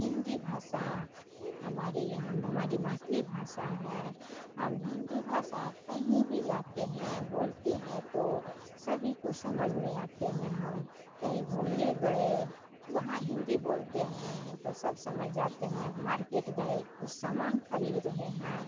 हिन्दी भाषा हमारे यहाँ में हमारी मातृभाषा है हम हिन्दी भाषा कहीं भी जाते हैं बोलते हैं तो सभी को समझ में आते हैं हम कहीं घूमने गए कि वहाँ हिन्दी बोलते हैं तो सब समझ जाते हैं मार्केट गए कुछ सामान खरीद रहे हैं